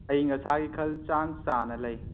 ꯑꯏꯪ ꯑꯁꯥꯒꯤ ꯈꯜ ꯆꯥꯡ ꯆꯥꯅ ꯂꯩ